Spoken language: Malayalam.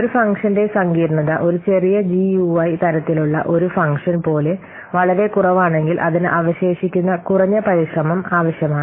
ഒരു ഫംഗ്ഷന്റെ സങ്കീർണ്ണത ഒരു ചെറിയ ജിയുഐ തരത്തിലുള്ള ഒരു ഫംഗ്ഷൻ പോലെ വളരെ കുറവാണെങ്കിൽ അതിന് അവശേഷിക്കുന്ന കുറഞ്ഞ പരിശ്രമം ആവശ്യമാണ്